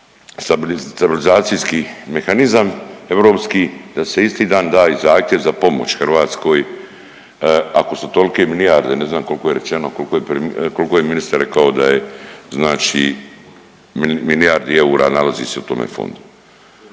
stabilizacijski mehanizam europski da se isti dan da i zahtjev za pomoć Hrvatskoj, ako su tolke milijarde, ne znam koliko je rečeno, koliko je ministar rekao da je znači milijardi eura nalazi se u tome fondu.